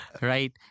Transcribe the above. Right